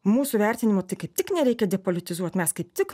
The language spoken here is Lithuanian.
mūsų vertinimu tai kaip tik nereikia depolitizuot mes kaip tik